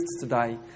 today